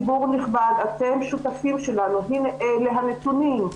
ציבור נכבד, אתם שותפים שלנו, הנה, אלה הנתונים.